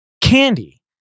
candy